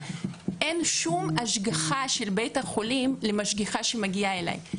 שום השגחה של בית החולים על המשגיחה שמגיעה אליי.